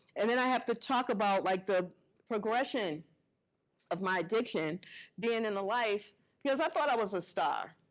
and then i have to talk about like the progression of my addiction being in the life because i thought i was a star.